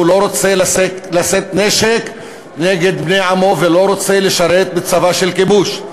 הוא לא רוצה לשאת נשק נגד בני עמו ולא רוצה לשרת בצבא של כיבוש.